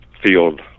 field